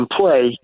play